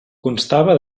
constava